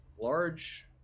large